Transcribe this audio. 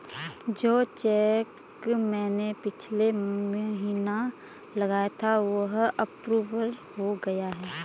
जो चैक मैंने पिछले महीना लगाया था वह अप्रूव हो गया है